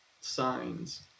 signs